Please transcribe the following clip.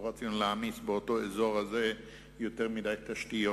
לא רצינו להעמיס באותו אזור יותר מדי תשתיות.